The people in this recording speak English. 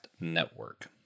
Network